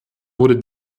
wurde